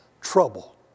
trouble